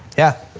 yeah,